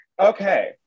Okay